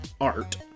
art